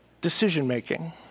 Decision-making